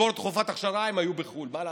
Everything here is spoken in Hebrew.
לצבור תקופת אכשרה, הם היו בחו"ל, מה לעשות?